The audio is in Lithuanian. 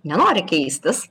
nenori keistis